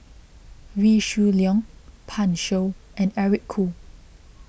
Wee Shoo Leong Pan Shou and Eric Khoo